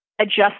adjust